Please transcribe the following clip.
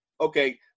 okay